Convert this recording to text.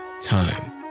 time